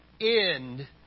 end